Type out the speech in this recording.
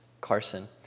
Carson